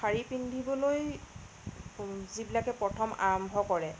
শাৰী পিন্ধিবলৈ যিবিলাকে প্ৰথম আৰম্ভ কৰে